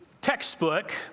textbook